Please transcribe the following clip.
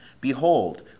Behold